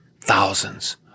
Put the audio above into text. thousands